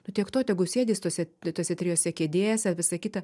nu tiek to tegu sėdi jis tose tose trijose kėdėse visa kita